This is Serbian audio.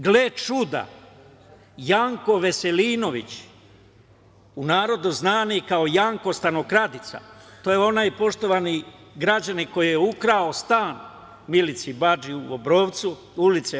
Gle čuda, Janko Veselinović, u narodu znani kao "Janko stanokradica", to je onaj, poštovani građani, koji je ukrao stan Milici Badži u Obrovcu, ul.